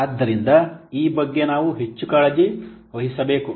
ಆದ್ದರಿಂದ ಈ ಬಗ್ಗೆ ನಾವು ಹೆಚ್ಚು ಕಾಳಜಿ ವಹಿಸಬೇಕು